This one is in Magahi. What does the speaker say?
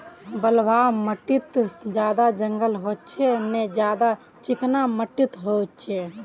बलवाह माटित ज्यादा जंगल होचे ने ज्यादा चिकना माटित होचए?